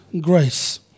grace